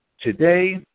Today